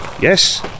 yes